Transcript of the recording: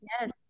Yes